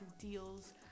deals